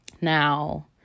Now